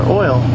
oil